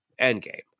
Endgame